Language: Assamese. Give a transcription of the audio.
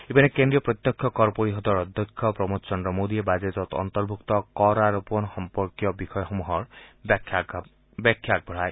ইপিনে কেন্দ্ৰীয় প্ৰত্যক্ষ কৰ পৰিষদৰ অধ্যক্ষ প্ৰমোদ চন্দ্ৰ মোডীয়ে বাজেটত অন্তৰ্ভুক্ত কৰাৰোপণ সম্পৰ্কীয় বিষয়সমূহৰ ব্যাখ্যা আগবঢ়ায়